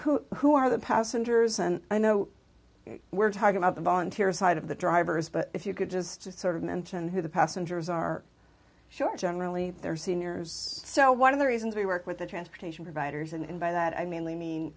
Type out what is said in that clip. who who are the passengers and i know we're talking about the volunteer side of the drivers but if you could just sort of mention who the passengers are sure generally they're seniors so one of the reasons we work with the transportation providers and by that i mainly mean